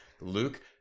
Luke